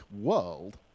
world